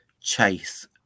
chase